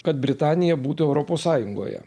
kad britanija būtų europos sąjungoje